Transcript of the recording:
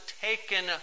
taken